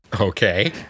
Okay